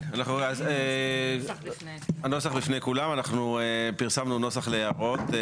הנוסח בפני כולם, אנחנו פרסמנו נוסח להערות.